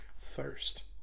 thirst